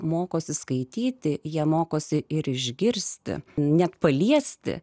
mokosi skaityti jie mokosi ir išgirsti net paliesti